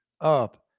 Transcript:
up